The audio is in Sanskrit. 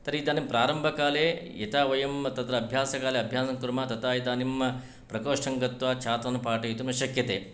तर्हि इदानीं प्रारम्भकाले यथा वयं तत्र अभ्यासकाले अभ्यासं कुर्मः तथा इदानीं प्रकोष्ठङ्गत्वा छात्रान् पाठयितुम् न शक्यते